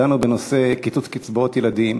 דנו בנושא קיצוץ קצבאות ילדים.